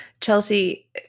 Chelsea